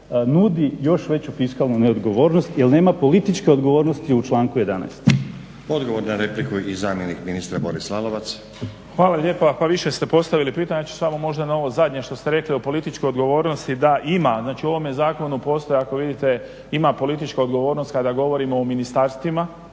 nudi još veću fiskalnu neodgovornost jer nema političke odgovornosti u članku 11. **Stazić, Nenad (SDP)** Odgovor na repliku i zamjenik ministra Boris Lalovac. **Lalovac, Boris** Hvala lijepa. Pa više ste postavili pitanja. Ja ću samo možda na ovo zadnje što ste rekli o političkoj odgovornosti da ima. Znači u ovome zakonu postoji ako vidite, ima politička odgovornost kada govorimo o ministarstvima,